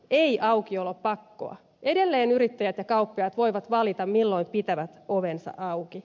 edelleen yrittäjät ja kauppiaat voivat valita milloin pitävät ovensa auki